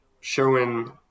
showing